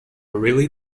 really